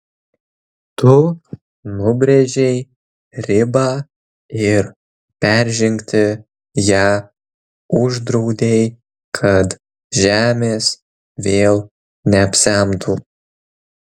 tu nubrėžei ribą ir peržengti ją uždraudei kad žemės vėl neapsemtų